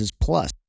Plus